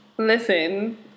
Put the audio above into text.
Listen